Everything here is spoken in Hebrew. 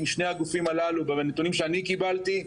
משני הגופים הללו בנתונים שאני קיבלתי,